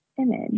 image